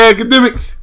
Academics